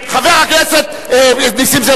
חבר הכנסת נסים זאב,